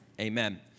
Amen